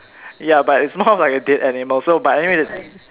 ya but it's more like a dead animal so but anyway